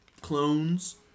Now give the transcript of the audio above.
clones